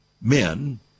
men